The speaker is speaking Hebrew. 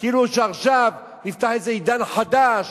כאילו שעכשיו נפתח איזה עידן חדש